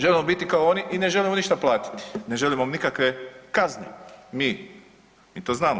Želimo biti kao oni i ne želimo ništa platiti, ne želim nikakve kazne mi, mi to znamo.